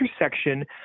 intersection